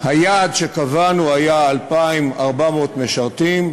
היעד שקבענו היה 2,400 משרתים,